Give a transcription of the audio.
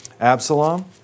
Absalom